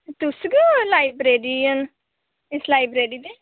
तुस गै ओ लाइब्रेरियन इस लाइब्रेरी दे